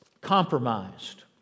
compromised